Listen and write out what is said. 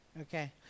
Okay